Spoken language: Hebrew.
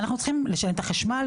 אנחנו צריכים לשלם את החשמל,